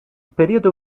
periodo